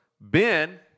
Ben